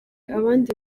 abandi